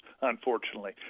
unfortunately